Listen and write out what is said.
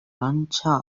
анча